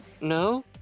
No